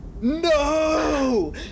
No